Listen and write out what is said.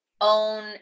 own